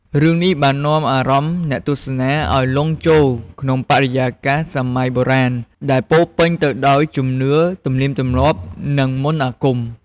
រឿងនេះបាននាំអារម្មណ៍អ្នកទស្សនាឱ្យលង់ចូលក្នុងបរិយាកាសសម័យបុរាណ ដែលពោរពេញទៅដោយជំនឿ ទំនៀមទម្លាប់ និងមន្តអាគម។